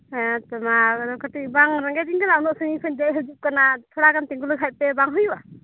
ᱦᱮᱸ ᱛᱚᱢᱟ ᱟᱫᱚ ᱠᱟᱴᱤᱡ ᱵᱟᱝ ᱨᱮᱸᱜᱮᱡ ᱤᱧ ᱠᱟᱱᱟ ᱩᱱᱟᱹᱜ ᱥᱟᱺᱜᱤᱧ ᱠᱷᱚᱡ ᱤᱧ ᱫᱮᱡ ᱦᱤᱡᱩᱜ ᱠᱟᱱᱟ ᱛᱷᱚᱲᱟ ᱜᱟᱱ ᱛᱤᱜᱩ ᱞᱮᱠᱷᱟᱡ ᱯᱮ ᱵᱟᱝ ᱦᱩᱭᱩᱜᱼᱟ